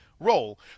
role